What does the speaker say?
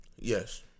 Yes